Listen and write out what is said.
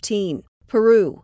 Peru